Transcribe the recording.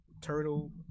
Turtle